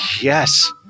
Yes